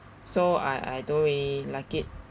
so I I don't really like it